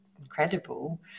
incredible